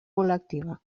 col·lectiva